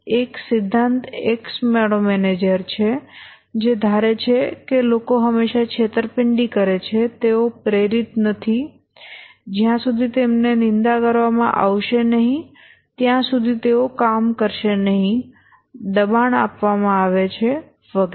એક સિદ્ધાંત X manager છે જે ધારે છે કે લોકો હંમેશાં છેતરપિંડી કરે છે તેઓ પ્રેરિત નથી જ્યાં સુધી તેમને નિંદા કરવામાં આવશે નહીં ત્યાં સુધી તેઓ કામ કરશે નહીં દબાણ કરવામાં આવે છે વગેરે